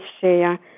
share